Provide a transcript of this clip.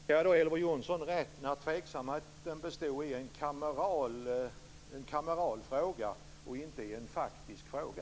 Fru talman! Tolkar jag Elver Jonsson rätt, om tveksamheten är en kameral, inte en faktisk, fråga?